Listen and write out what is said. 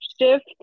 shift